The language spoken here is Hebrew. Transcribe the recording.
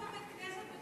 אבל הם נרצחו בבית כנסת.